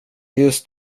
just